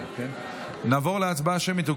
נעבור להצבעה שמית.